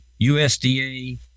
USDA